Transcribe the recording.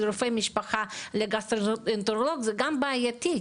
רופאי משפחה לגסטרואנטרולוג גם בעייתית.